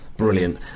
Brilliant